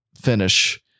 finish